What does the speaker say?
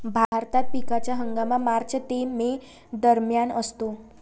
भारतात पिकाचा हंगाम मार्च ते मे दरम्यान असतो